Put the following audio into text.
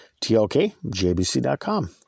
TLKJBC.com